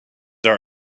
are